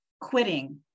Quitting